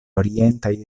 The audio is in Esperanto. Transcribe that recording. orientaj